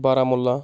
Baramulla